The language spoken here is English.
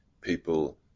people